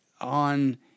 on